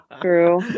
True